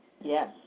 Yes